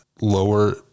lower